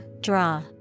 draw